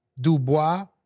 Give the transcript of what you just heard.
Dubois